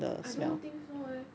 I don't think so eh